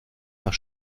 nach